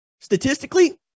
statistically